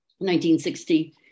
1960